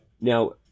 Now